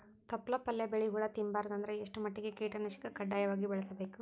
ತೊಪ್ಲ ಪಲ್ಯ ಬೆಳಿ ಹುಳ ತಿಂಬಾರದ ಅಂದ್ರ ಎಷ್ಟ ಮಟ್ಟಿಗ ಕೀಟನಾಶಕ ಕಡ್ಡಾಯವಾಗಿ ಬಳಸಬೇಕು?